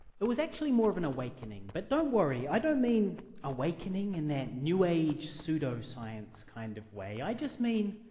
it was actually more of an awakening, but don't worry, i don't mean awakening in that new age, pseudo-science kind of way. i just mean,